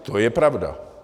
To je pravda.